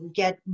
get